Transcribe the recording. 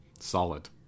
solid